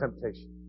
temptation